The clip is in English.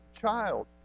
child